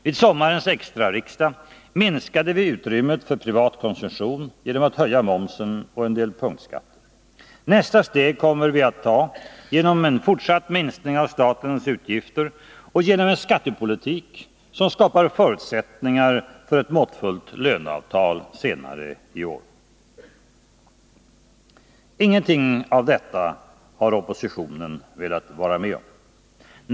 Vid det urtima riksmötet minskade vi utrymmet för privat konsumtion genom att höja momsen och en del punktskatter. Nästa steg kommer vi att ta genom en fortsatt minskning av statens utgifter och genom en skattepolitik som skapar förutsättningar för ett måttfullt löneavtal senare i år. Ingenting av detta har oppositionen velat vara med om.